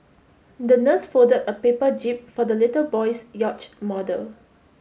the nurse folded a paper jib for the little boy's yacht model